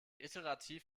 iterativ